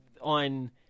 on –